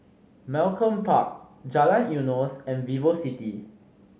Malcolm Park Jalan Eunos and VivoCity